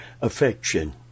affection